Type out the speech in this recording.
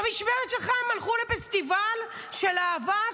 במשמרת שלך הם הלכו לפסטיבל של האהבה,